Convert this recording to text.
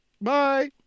Bye